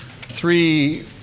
three